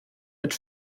mit